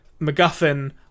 MacGuffin